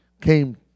came